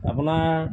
আপোনাৰ